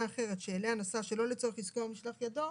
אחרת שאליה נסע שלא לצורך עיסוקו או משלח ידו.